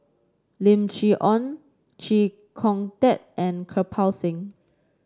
Lim Chee Onn Chee Kong Tet and Kirpal Singh